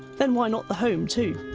then why not the home too?